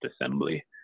assembly